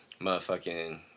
motherfucking